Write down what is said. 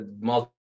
multiple